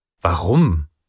Warum